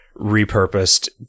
repurposed